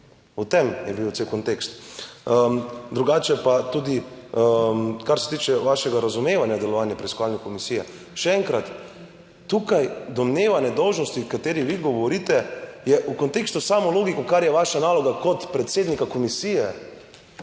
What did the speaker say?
v tem je bil cel kontekst. Drugače pa tudi kar se tiče vašega razumevanja delovanja preiskovalne komisije, še enkrat, tukaj domneva nedolžnosti, o kateri vi govorite, je v kontekstu samo logiko, kar je vaša naloga kot predsednika komisije.